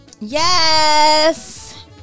Yes